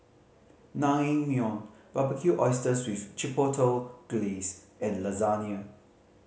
Naengmyeon Barbecued Oysters with Chipotle Glaze and Lasagna